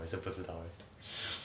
I suppose it don't